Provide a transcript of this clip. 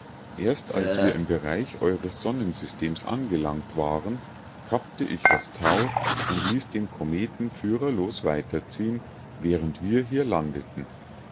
erst als wir im bereich eures sonnensystems angelangt waren kappte ich das tau und ließ den kometen führerlos weiterziehen während wir hier landeten